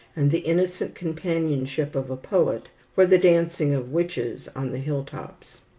and the innocent companionship of a poet for the dancing of witches on the hill-tops.